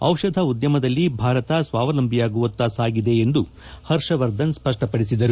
ಡಿಷಧ ಉದ್ಯಮದಲ್ಲಿ ಭಾರತ ಸ್ವಾವಲಂಬಿಯಾಗುವತ್ತ ಸಾಗಿದೆ ಎಂದು ಹರ್ಷವರ್ಧನ್ ಸ್ಪಷ್ಟಪಡಿಸಿದರು